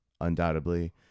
undoubtedly